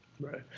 right